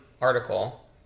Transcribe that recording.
article